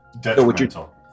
detrimental